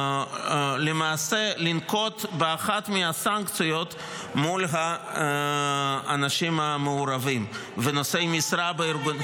לנקוט באחת מהסנקציות מול האנשים המעורבים וכן נושאי משרה בארגונים.